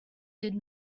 did